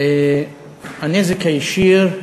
הנזק הישיר,